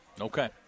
Okay